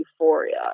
euphoria